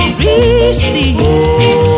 receive